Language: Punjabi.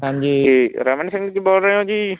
ਹਾਂਜੀ ਰਮਨ ਸਿੰਘ ਜੀ ਬੋਲ ਰਹੇ ਹੋ ਜੀ